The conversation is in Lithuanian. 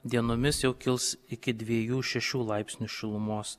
dienomis jau kils iki dviejų šešių laipsnių šilumos